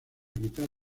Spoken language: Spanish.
quitar